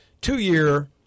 two-year